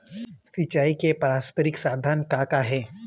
सिचाई के पारंपरिक साधन का का हे?